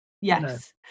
Yes